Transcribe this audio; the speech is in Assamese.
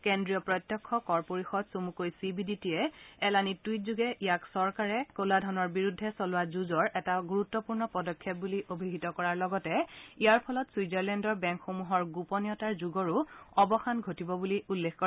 কেন্দ্ৰীয় প্ৰত্যক্ষ কৰ পৰিষদ চমুকৈ চি বি ডি টিয়ে এলানি টুইটযোগে ইয়াক চৰকাৰে ক'লাধনৰ বিৰুদ্ধে চলোৱা যুঁজৰ এটা গুৰুত্বপূৰ্ণ পদক্ষেপ বুলি অভিহিত কৰাৰ লগতে ইয়াৰ ফলত ছুইজাৰলেণ্ডৰ বেংকসমূহৰ গোপনীয়তাৰ যুগৰো অৱসান ঘটিব বুলি উল্লেখ কৰে